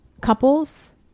couples